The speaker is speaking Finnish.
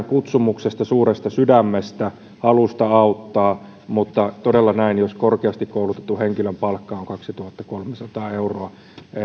kutsumuksesta suuresta sydämestä halusta auttaa mutta jos todella korkeasti koulutetun henkilön palkka on kaksituhattakolmesataa euroa